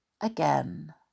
again